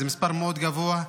זה מספר מאוד גבוה,